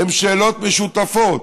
הן שאלות משותפות,